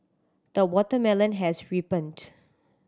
the watermelon has ripened